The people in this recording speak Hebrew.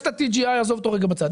יש TGI נעזוב אותו רגע בצד.